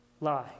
lie